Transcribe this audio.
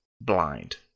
blind